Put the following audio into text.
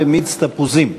במיץ תפוזים.